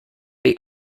they